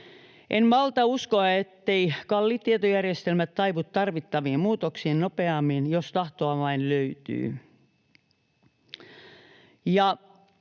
En malta uskoa, etteivät kalliit tietojärjestelmät taivu tarvittaviin muutoksiin nopeammin, jos tahtoa vain löytyy.